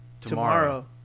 Tomorrow